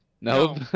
Nope